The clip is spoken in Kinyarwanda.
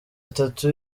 atatu